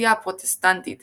הכנסייה הפרוטסטנטית